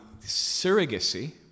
Surrogacy